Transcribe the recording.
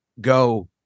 go